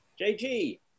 JG